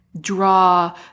draw